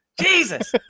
Jesus